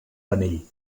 penell